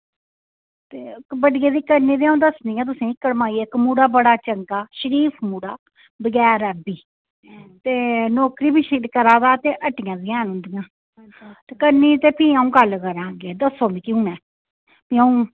ते बड्डिया दी करनी ते अ'ऊं दस्सनी आं तुसेंगी कड़माई इक मुड़ा बड़ा चंगा शरीफ मुड़ा बगैर ऐवी ते नौकरी बी शैल करा दा ते हट्टियां बी हैन उन्दियां ते करनी ते फ्ही अ'ऊं गल्ल करां अग्गें दस्सो मिगी हूनै फ्ही अ'ऊं